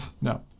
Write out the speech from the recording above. no